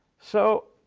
so,